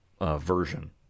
version